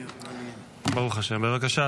, בבקשה.